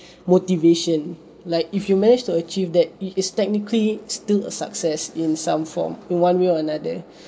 motivation like if you manage to achieve that it is technically still a success in some form in one way or another